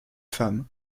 femmes